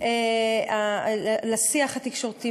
לשיח התקשורתי.